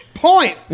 Point